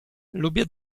lubię